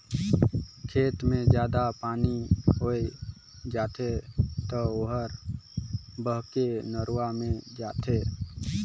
खेत मे जादा पानी होय जाथे त ओहर बहके नरूवा मे जाथे